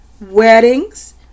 weddings